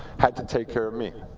had to take care of me.